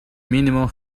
minimal